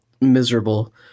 miserable